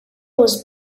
was